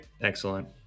excellent